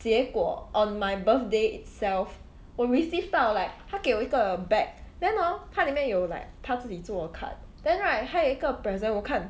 结果 on my birthday itself 我 receive 到 like 他给我一个 bag then hor 它里面有 like 他自己做的 card then right 还有一个 present 我看